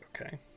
okay